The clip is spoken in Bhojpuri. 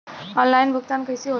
ऑनलाइन भुगतान कईसे होला?